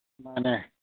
ꯃꯥꯅꯦ